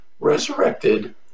resurrected